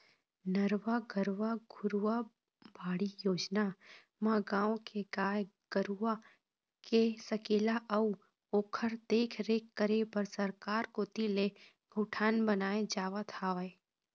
नरूवा, गरूवा, घुरूवा, बाड़ी योजना म गाँव के गाय गरूवा के सकेला अउ ओखर देखरेख करे बर सरकार कोती ले गौठान बनाए जावत हवय